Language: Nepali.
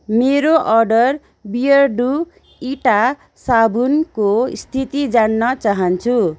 मेरो अर्डर बियरडू इँटा साबुनको स्थिति जान्न चाहन्छु